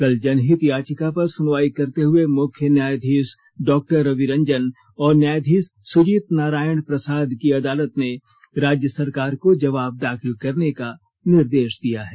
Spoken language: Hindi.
कल जनहित याचिका पर सुनवाई करते हुए मुख्य न्यायाधीश डॉक्टर रवि रंजन और न्यायाधीश सुजीत नारायण प्रसाद की अदालत ने राज्य सरकार को जवाब दाखिल करने का निर्देश दिया है